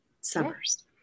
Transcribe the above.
summers